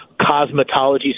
cosmetology